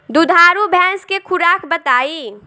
दुधारू भैंस के खुराक बताई?